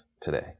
today